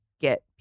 get